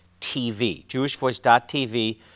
jewishvoice.tv